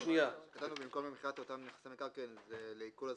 במקום "למכירת אותם נכסי מקרקעין" זה "לעיקול הזכויות",